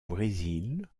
brésil